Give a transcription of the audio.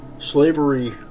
Slavery